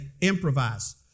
improvise